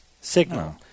signal